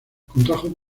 contrajo